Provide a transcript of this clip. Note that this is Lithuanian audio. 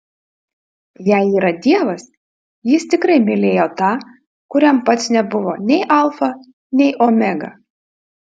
jei yra dievas jis tikrai mylėjo tą kuriam pats nebuvo nei alfa nei omega